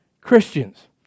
Christians